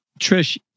Trish